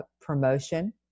promotion